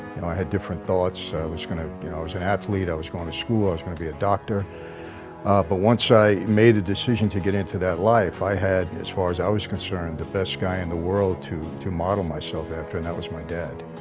know i had different thoughts i was gonna. you know i was an athlete. i was going to school. i was going to be a doctor but once i made a decision to get into that life i had as far as i was concerned the best guy in the world to to model myself after and that was my dad,